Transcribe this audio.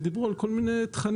והם דיברו על כל מיני תכנים,